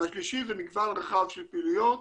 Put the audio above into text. והשלישי זה מגוון רחב של פעילויות